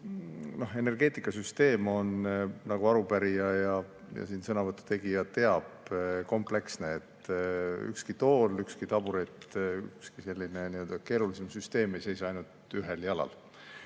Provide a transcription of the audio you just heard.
Energeetikasüsteem on, nagu arupärija ja sõnavõtja teab, kompleksne. Ükski tool, ükski taburet, ükski selline nii-öelda keerulisem süsteem ei seisa ainult ühel jalal.